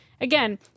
again